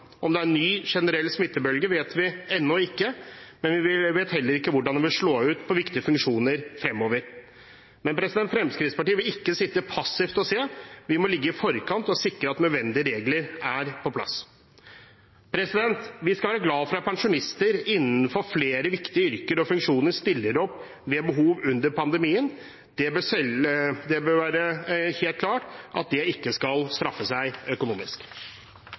Om det er en ny generell smittebølge, vet vi ennå ikke. Vi vet heller ikke hvordan det vil slå ut på viktige funksjoner fremover. Men Fremskrittspartiet vil ikke sitte passivt og se på. Vi må ligge i forkant og sikre at nødvendige regler er på plass. Vi skal være glade for at pensjonister innenfor flere viktige yrker og funksjoner stiller opp ved behov under pandemien. Det bør være helt klart at det ikke skal straffe seg økonomisk.